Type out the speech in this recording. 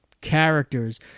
characters